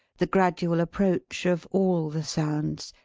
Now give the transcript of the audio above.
the gradual approach of all the sounds.